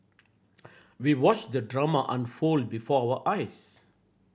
we watched the drama unfold before our eyes